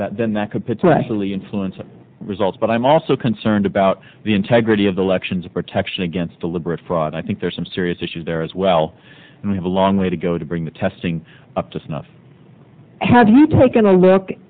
then that could potentially influence results but i'm also concerned about the integrity of the elections protection against deliberate fraud i think there are some serious issues there as well and we have a long way to go to bring the testing up to snuff have you taken a look